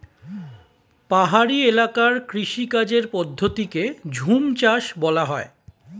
পাহাড়ি এলাকার কৃষিকাজের পদ্ধতিকে ঝুমচাষ বলা হয়